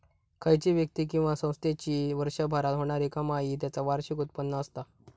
खयची व्यक्ती किंवा संस्थेची वर्षभरात होणारी कमाई त्याचा वार्षिक उत्पन्न असता